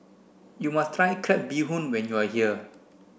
you must try crab bee hoon when you are here